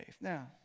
Now